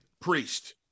Priest